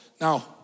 Now